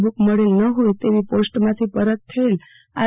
book મળેલ ન ફોય તેવી પોસ્ટમાંથી પરત થયેલ આર